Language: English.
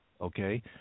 Okay